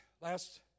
Last